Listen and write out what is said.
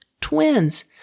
twins